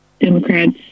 democrats